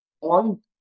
on